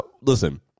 listen